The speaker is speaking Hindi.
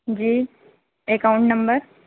ji account number